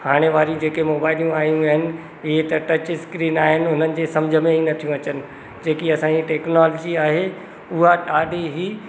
हाणे वारी जेके मोबाइलियूं आयूं आहिनि ईअं त टच स्क्रीन आहिनि हुननि जे सम्झि में ई नथियूं अचनि जेकी असांजी टैक्नोलोजी आहे उहा ॾाढी ई